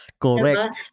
Correct